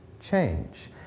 change